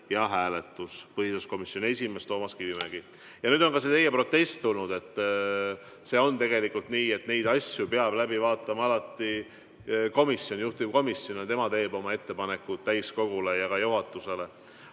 on kirjutanud põhiseaduskomisjoni esimees Toomas Kivimägi. Ja nüüd on ka see teie protest tulnud. See on tegelikult nii, et neid asju peab läbi vaatama juhtivkomisjon, tema teeb oma ettepanekud täiskogule ja ka juhatusele.